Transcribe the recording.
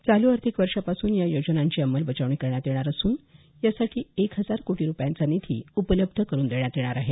चालू आर्थिक वर्षापासून या योजनांची अंमलबजावणी करण्यात येणार असून यासाठी एक हजार कोटी रूपयांचा निधी उपलब्ध करून देण्यात येणार आहे